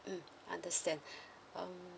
mm understand um